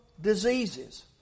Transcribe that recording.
diseases